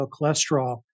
cholesterol